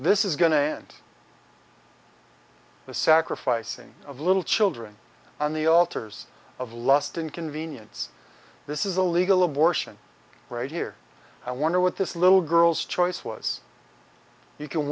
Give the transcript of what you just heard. this is going to end the sacrificing of little children on the altars of lust in convenience this is a legal abortion right here i wonder what this little girl's choice was you can